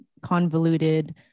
convoluted